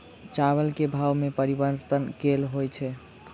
चावल केँ भाव मे परिवर्तन केल होइ छै?